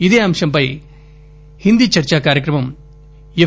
ఇదే అంశంపై హిందీ చర్చా కార్యక్రమం ఎఫ్